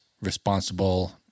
responsible